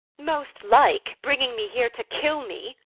most like bringing me here to kill me.